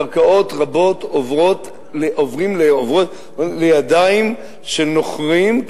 קרקעות רבות עוברות לידיים של נוכרים,